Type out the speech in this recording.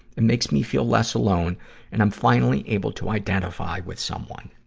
it makes me feel less alone and i'm finally able to identify with someone.